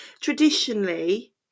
traditionally